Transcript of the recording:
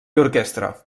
orquestra